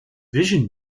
vision